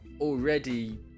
already